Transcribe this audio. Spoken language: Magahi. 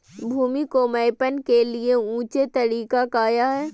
भूमि को मैपल के लिए ऊंचे तरीका काया है?